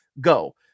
go